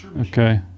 Okay